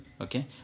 okay